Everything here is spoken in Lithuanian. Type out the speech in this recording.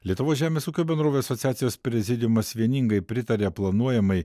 lietuvos žemės ūkio bendrovių asociacijos prezidiumas vieningai pritarė planuojamai